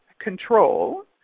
control